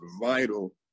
vital